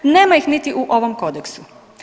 Nema ih niti u ovom kodeksu.